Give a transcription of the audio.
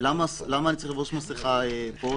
למה אני צריך לחבוש מסכה פה?